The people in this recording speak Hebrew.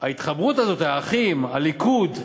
ההתחברות הזאת של האחים, הליכוד,